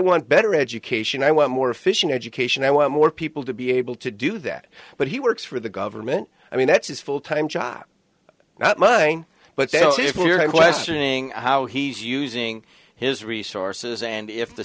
want better education i want more efficient education i want more people to be able to do that but he works for the government i mean that's his full time job not mine but if you're western ng how he's using his resources and if the